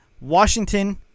Washington